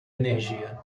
energia